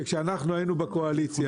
שכשאנחנו היינו בקואליציה,